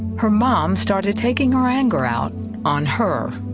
her mom started taking her anger out on her.